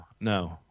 no